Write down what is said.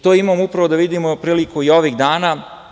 To imamo upravo da vidimo priliku ovih dana.